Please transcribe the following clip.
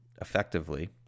effectively